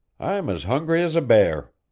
i'm as hungry as a bear!